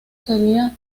sería